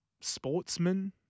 sportsman